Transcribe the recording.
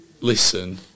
listen